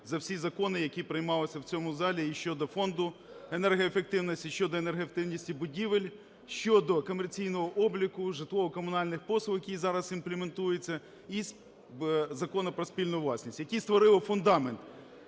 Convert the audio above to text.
за всі закони, які приймалися в цьому залі. І щодо Фонду енергоефективності, і щодо енергоефективності будівель, щодо комерційного обліку житлово-комунальних послуг, які зараз імплементуються із Закону про спільну власність, які створили фундамент